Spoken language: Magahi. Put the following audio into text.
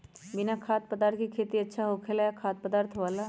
बिना खाद्य पदार्थ के खेती अच्छा होखेला या खाद्य पदार्थ वाला?